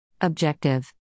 Objective